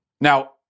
Now